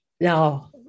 Now